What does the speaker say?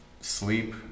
sleep